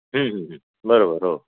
बरोबर हो